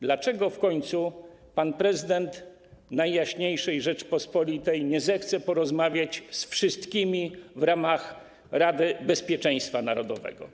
Dlaczego w końcu pan prezydent Najjaśniejszej Rzeczypospolitej nie zechce porozmawiać ze wszystkimi w ramach Rady Bezpieczeństwa Narodowego?